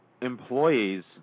employees